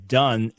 done